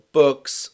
books